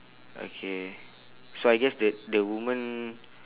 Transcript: okay so I guess the the woman